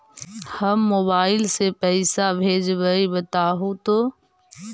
हम मोबाईल से पईसा भेजबई बताहु तो?